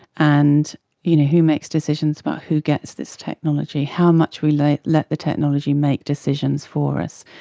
and you know who makes decisions about who gets this technology, how much we let let the technology make decisions for us,